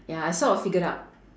ya I sort of figured it out